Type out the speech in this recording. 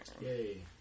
Yay